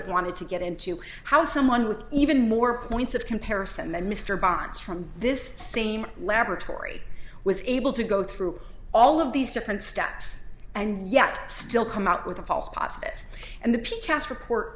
have wanted to get into how someone with even more points of comparison and mr bonds from this same laboratory was able to go through all of these different steps and yet still come out with a false positive and the picaxe report